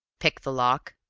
pick the lock.